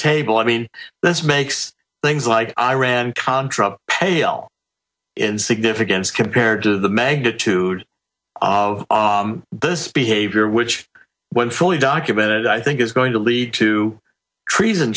table i mean this makes things like iran contra pale in significance compared to the magnitude of this behavior which when fully documented i think is going to lead to treason